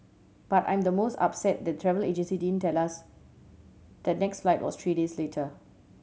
but I'm the most upset the travel agency didn't tell us the next flight was three days later